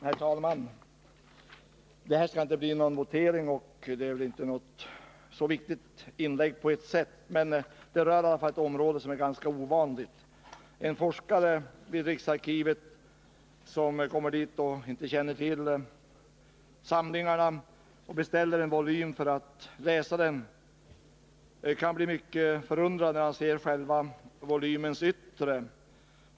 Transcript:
Herr talman! I det här ärendet kommer det inte att bli någon votering, och på sätt och vis är väl inte detta något särskilt viktigt inlägg, men det gäller ett ganska ovanligt område. En forskare som kommer till riksarkivet utan att känna till samlingarna och beställer en volym för att läsa den kan bli mycket förvånad, när han får se volymens yttre.